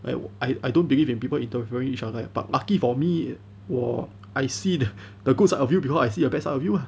I I I don't believe in people interfering each other but lucky for me 我 I see the good of you because I see your best out of you ah